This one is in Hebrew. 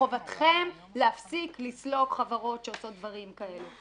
חובתכם להפסיק לסלוק חברות שעושות דברים כאלה.